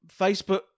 Facebook